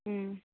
ହୁଁ